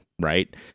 right